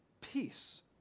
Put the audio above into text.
peace